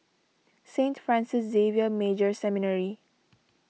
Saint Francis Xavier Major Seminary